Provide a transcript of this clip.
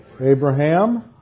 Abraham